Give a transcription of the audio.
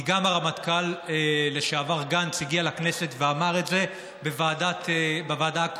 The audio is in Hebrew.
כי גם הרמטכ"ל לשעבר גנץ הגיע לכנסת ואמר את זה בוועדה הקודמת.